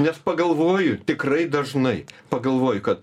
nes pagalvoju tikrai dažnai pagalvoju kad